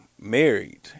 married